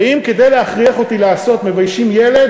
ואם כדי להכריח אותי לעשות מביישים ילד,